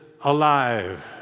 alive